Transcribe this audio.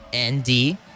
ND